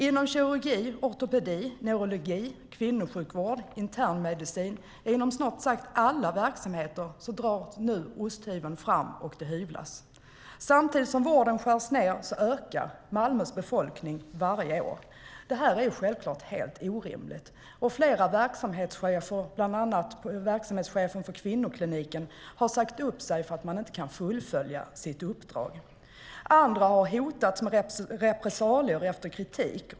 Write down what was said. Inom kirurgi, ortopedi, neurologi, kvinnosjukvård, internmedicin, ja, inom snart sagt alla verksamheten drar nu osthyveln fram och det hyvlas. Samtidigt som vården skärs ned ökar Malmös befolkning varje år. Det här är självklart helt orimligt, och flera verksamhetschefer, bland annat verksamhetschefen för kvinnokliniken, har sagt upp sig för att de inte kan fullfölja sitt uppdrag. Andra har hotats med repressalier efter kritik.